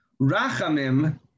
Rachamim